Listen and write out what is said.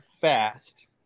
fast